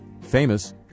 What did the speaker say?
famous